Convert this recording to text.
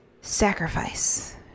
sacrifice